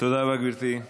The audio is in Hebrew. תודה רבה, גברתי.